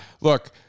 Look